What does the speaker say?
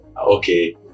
okay